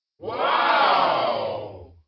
Wow